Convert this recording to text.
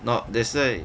no that's why